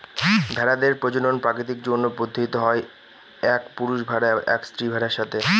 ভেড়াদের প্রজনন প্রাকৃতিক যৌন পদ্ধতিতে হয় এক পুরুষ ভেড়া এবং এক স্ত্রী ভেড়ার সাথে